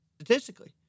statistically